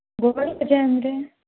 ಗೋಳಿ ಬಜೆ ಅಂದರೆ